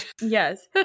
yes